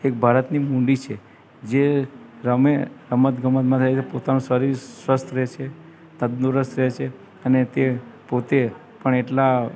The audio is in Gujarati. એક ભારતની મૂડી છે જે રમે રમત ગમત માથે પોતાનું શરીર સ્વસ્થ રહેશે તંદુરસ્ત રહેશે અને તે પોતે પણ એટલા